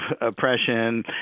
oppression